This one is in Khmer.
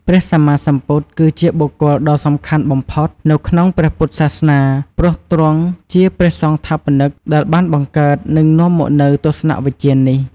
ព្រះសម្មាសម្ពុទ្ធ គឺជាបុគ្គលដ៏សំខាន់បំផុតនៅក្នុងព្រះពុទ្ធសាសនា ព្រោះទ្រង់ជា ព្រះសង្ថាបនិក ដែលបានបង្កើត និងនាំមកនូវទស្សនវិជ្ជានេះ។